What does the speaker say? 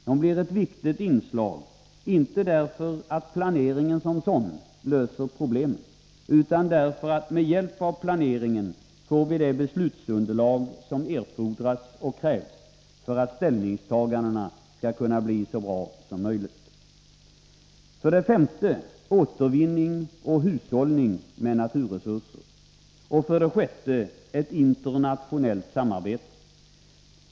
Den blir ett viktigt inslag, inte därför att planeringen som sådan löser problemen, utan därför att vi med hjälp av planeringen får det beslutsunderlag som krävs för att ställningstagandena skall bli så bra som möjligt. För det femte: Återvinning av och hushållning med naturresurser. För det sjätte: Ett internationellt samarbete.